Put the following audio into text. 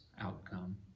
outcome